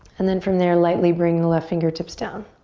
and then from there lightly bring the left fingertips down.